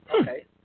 okay